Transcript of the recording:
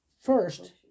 first